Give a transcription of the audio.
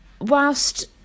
whilst